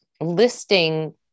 listing